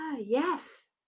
Yes